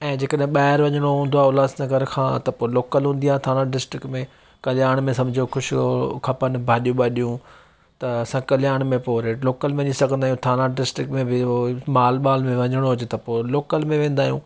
ऐं जेकरि ॿाहिरि वञणो हूंदो आहे उल्हासनगर खां त पोइ लोकल हूंदी आहे थाणा डिस्ट्रिक्ट में कल्याण में समझो कुझु खपनि भाॼियूं वाॼियूं त असां कल्याण में पोइ वरी रेड लोकल में ॾिसंदा आहियूं थाणा डिस्ट्रिक्ट में ॿि माल बाल में वञणो हुजे त पोइ लोकल में वेंदा आहियूं